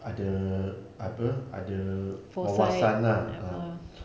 ada apa ada wawasan lah ah